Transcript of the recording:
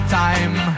time